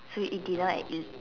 so we eat dinner at el~